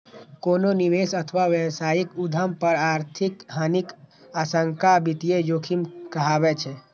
कोनो निवेश अथवा व्यावसायिक उद्यम पर आर्थिक हानिक आशंका वित्तीय जोखिम कहाबै छै